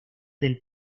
del